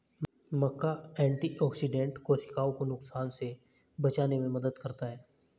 मक्का antioxidant कोशिकाओं को नुकसान से बचाने में मदद करता है